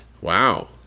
Wow